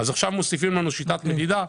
אז עכשיו, מוסיפים לנו שיטת מדידה?